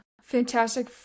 Fantastic